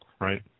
right